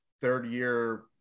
third-year